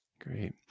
Great